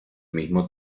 mismo